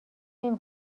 نمی